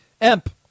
EMP